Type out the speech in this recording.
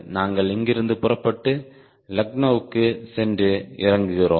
நாங்கள் இங்கிருந்து புறப்பட்டு லக்னோவுக்குச் சென்று இறங்குகிறோம்